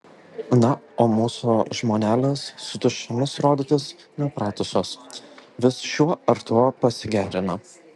na o mūsų žmonelės su tuščiomis rodytis nepratusios vis šiuo ar tuo pasigerina